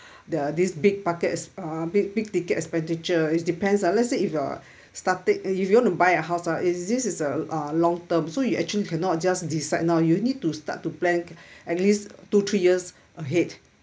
the this big buckets uh big big ticket expenditure it depends ah let's say if you uh started if you want to buy a house ah is this is a uh long term so you actually cannot just decide now you need to start to plan at least two three years ahead